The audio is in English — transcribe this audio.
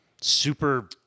super